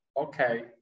okay